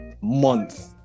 month